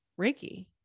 Reiki